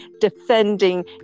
defending